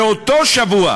באותו שבוע